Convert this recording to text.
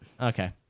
okay